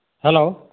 hello